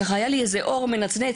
היה לי ככה איזה אור מנצנץ,